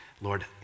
Lord